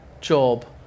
job